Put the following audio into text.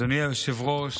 אדוני היושב-ראש,